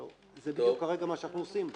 זה בדיוק מה שאנחנו עושים פה.